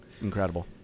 Incredible